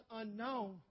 unknown